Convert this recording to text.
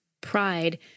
pride